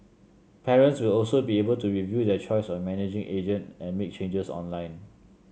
parents will also be able to review their choice of managing agent and make changes online